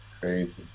Crazy